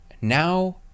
Now